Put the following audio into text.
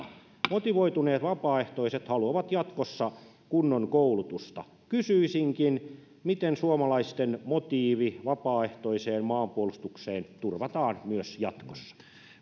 motivoituneet vapaaehtoiset haluavat jatkossa kunnon koulutusta kysyisinkin miten suomalaisten motiivi vapaaehtoiseen maanpuolustukseen turvataan myös jatkossa